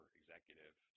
executive